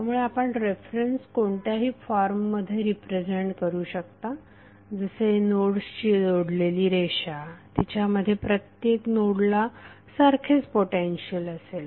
त्यामुळे आपण रेफरन्स कोणत्याही फॉर्ममध्ये रिप्रेझेंट करू शकता जसे नोड्सची जोडलेली रेषा तिच्यामध्ये प्रत्येक नोडला सारखेच पोटेन्शियल असेल